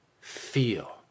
feel